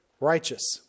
righteous